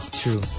true